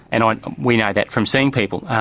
and and we know that from seeing people.